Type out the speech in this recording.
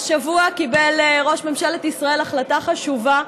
השבוע קיבל ראש ממשלת ישראל החלטה חשובה: